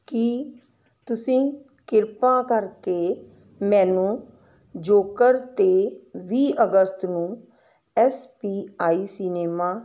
ਕੀ ਤੁਸੀਂ ਕਿਰਪਾ ਕਰਕੇ ਮੈਨੂੰ ਜੋਕਰ 'ਤੇ ਵੀਹ ਅਗਸਤ ਨੂੰ ਐੱਸ ਪੀ ਆਈ ਸਿਨੇਮਾ